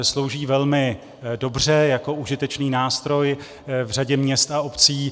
Slouží velmi dobře jako užitečný nástroj v řadě měst a obcí.